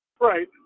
Right